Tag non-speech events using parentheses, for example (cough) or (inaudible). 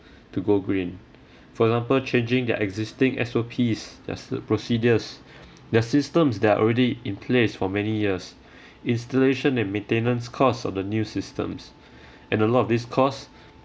to go green for example changing their existing S_O_Ps just the procedures (breath) the systems that are already in place for many years installation and maintenance cost of the new systems and a lot of this costs